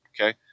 Okay